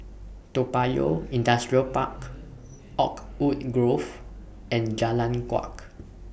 Toa Payoh Industrial Park Oakwood Grove and Jalan Kuak